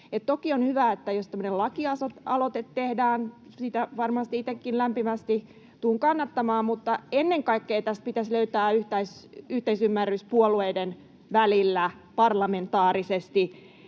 toki on hyvä, jos tämmöinen lakialoite tehdään, ja sitä varmasti itsekin lämpimästi tulen kannattamaan — että ennen kaikkea tässä pitäisi löytää yhteisymmärrys puolueiden välillä parlamentaarisesti.